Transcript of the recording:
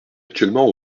actuellement